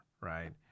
right